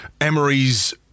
Emery's